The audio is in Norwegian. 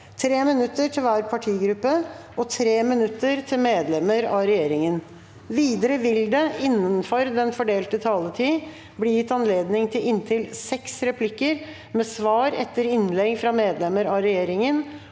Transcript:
3 minutter til hver partigruppe og 3 minutter til medlemmer av regjeringen. Videre vil det – innenfor den fordelte taletid – bli gitt anledning til inntil seks replikker med svar etter innlegg fra medlemmer av regjeringen,